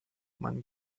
man